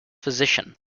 physician